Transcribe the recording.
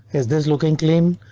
is this looking claim?